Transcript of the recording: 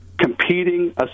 competing